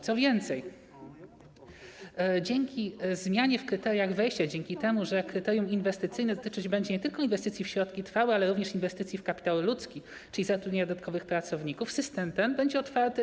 Co więcej, dzięki zmianie w kryteriach wejścia, dzięki temu, że kryterium inwestycyjne dotyczyć będzie nie tylko inwestycji w środki trwałe, ale również inwestycji w kapitał ludzki, czyli zatrudnienie dodatkowych pracowników, system ten będzie otwarty.